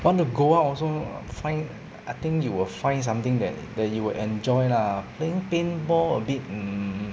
want to go out also find I think you will find something that that you will enjoy lah playing paintball a bit mm